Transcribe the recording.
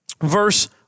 verse